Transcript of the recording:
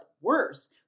worse